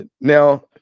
now